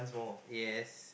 yes